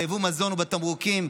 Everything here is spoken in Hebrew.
ביבוא מזון ובתמרוקים,